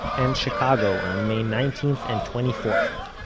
and chicago on may nineteenth and twenty fourth.